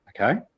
okay